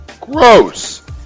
Gross